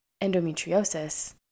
Endometriosis